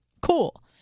cool